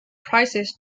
prizes